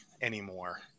anymore